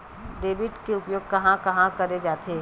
Debit के उपयोग कहां कहा करे जाथे?